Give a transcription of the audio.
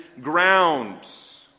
grounds